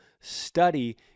Study